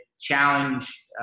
challenge